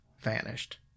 vanished